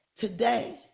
today